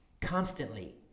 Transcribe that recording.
constantly